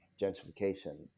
gentrification